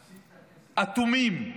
אטומים,